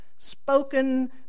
spoken